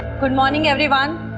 good morning everyone.